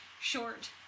short